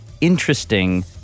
interesting